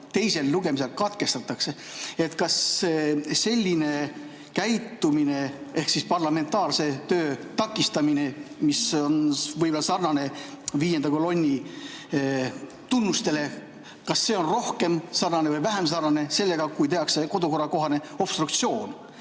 teisel lugemisel katkestatakse. Kas selline käitumine ehk parlamentaarse töö takistamine, mis on võib-olla sarnane viienda kolonni tunnustega, on rohkem sarnane või vähem sarnane sellega, kui tehakse kodukorrakohane obstruktsioon?